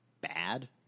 bad